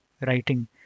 writing